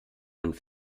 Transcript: und